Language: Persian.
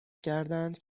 کردند